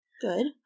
Good